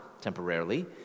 temporarily